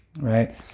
right